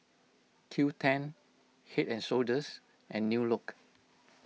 Q ten Head and Shoulders and New Look